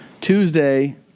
tuesday